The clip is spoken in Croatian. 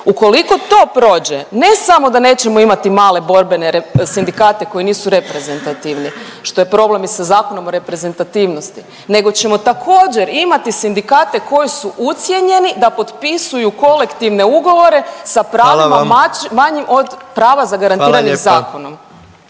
Ukoliko to prođe, ne samo da nećemo imati male borbene sindikate koji nisu reprezentativni, što je problem i sa Zakonom o reprezentativnosti nego ćemo također imati sindikate koji su ucijenjeni da potpisuju kolektivne ugovore sa pravima manjim …/Upadica predsjednik: